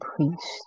priest